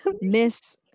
miss